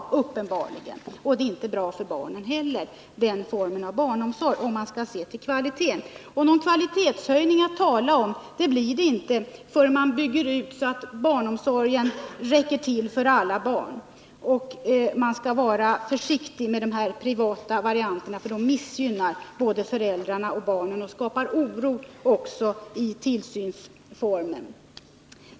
Den formen av barnomsorg är inte bra för barnen heller, om man skall se på kvaliteten. Någon kvalitetshöjning att tala om blir det inte förrän man byggt ut så att barnomsorgen räcker till för alla barn. Man skall vara försiktig med privata varianter, ty de missgynnar både barn och föräldrar och skapar också oro i tillsynen.